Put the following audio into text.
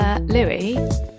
Louis